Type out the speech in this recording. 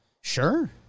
Sure